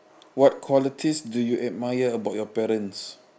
what qualities do you admire about your parents